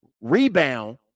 rebound